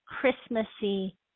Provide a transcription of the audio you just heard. Christmassy